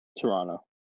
Toronto